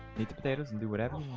the potatoes and do whatever